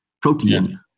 protein